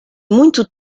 muito